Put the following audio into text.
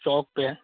चौक पर है